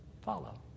follow